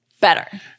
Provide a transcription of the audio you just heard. better